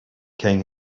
king